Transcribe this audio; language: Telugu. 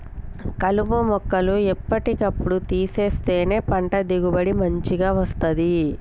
కలుపు మొక్కలు ఎప్పటి కప్పుడు తీసేస్తేనే పంట దిగుబడి మంచిగ వస్తది